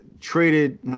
traded